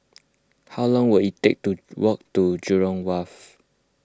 how long will it take to walk to Jurong Wharf